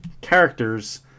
characters